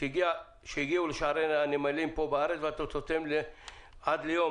שהגיע לשערי הנמלים פה בארץ ותוצאותיהן עד ליום,